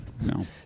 No